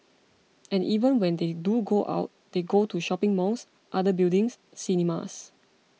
and even when they do go out they go to shopping malls other buildings cinemas